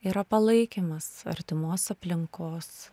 yra palaikymas artimos aplinkos